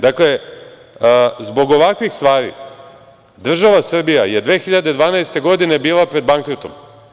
Dakle, zbog ovakvih stvari država Srbija je 2012. godine bila pred bankrotom.